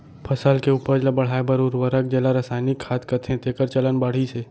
फसल के उपज ल बढ़ाए बर उरवरक जेला रसायनिक खाद कथें तेकर चलन बाढ़िस हे